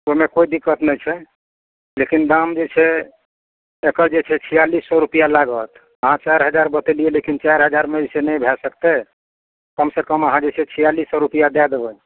ओहिमे कोइ दिक्कत नहि छै लेकिन दाम जे छै एकर जे छै छियालीस सए रुपआ लागत अहाँ चारि हजार बतेलियै लेकिन चारि हजार मे जे छै नहि भए सकतै कमसँ कम अहाँ जे छै छिआलीस सए रुपआ दए देबै